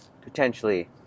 potentially